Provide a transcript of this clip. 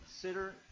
consider